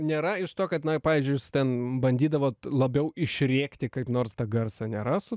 nėra iš to kad na pavyzdžiui jūs ten bandydavot labiau išrėkti kaip nors tą garsą nėra su